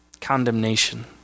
condemnation